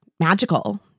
Magical